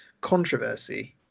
controversy